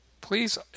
please